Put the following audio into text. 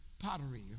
pottery